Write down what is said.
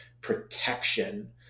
protection